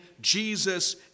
Jesus